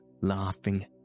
laughing